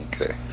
Okay